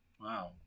wow